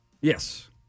Yes